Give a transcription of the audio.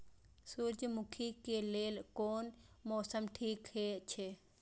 सूर्यमुखी के लेल कोन मौसम ठीक हे छे?